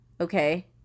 okay